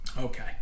Okay